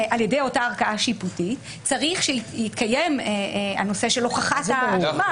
על ידי אותה ערכאה שיפוטית צריך שיתקיים הנושא של הוכחת האשמה.